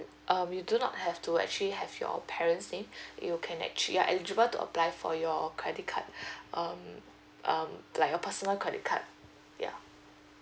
err we do not have to actually have your parents name you can actually you're eligible to apply for your credit card um um like a personal credit card ya